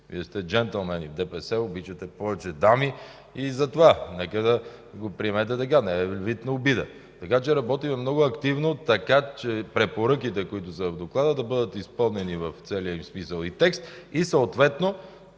Вие сте джентълмени в ДПС и обичате повече дами, и затова. Приемете го така, а не във вид на обида. Работим много активно, така че препоръките, които са в Доклада, да бъдат изпълнени в целия им смисъл и текст, и съответно